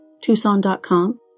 Tucson.com